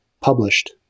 published